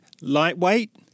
lightweight